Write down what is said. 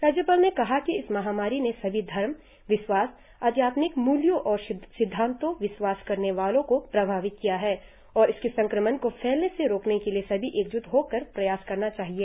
राज्यपाल ने कहा कि इस महामारी ने सभी धर्म विश्वास अध्यात्मिक मूल्यों और शिद्धांतो विश्वास करने वालों को प्रभावित किया है और इसके संक्रमण को फैलने से रोकने के लिए सभी एकज्ट होकर प्रयास करना चाहिए